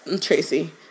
Tracy